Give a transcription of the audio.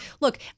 Look